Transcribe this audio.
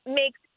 makes